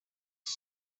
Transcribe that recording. iki